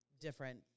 different